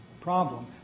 problem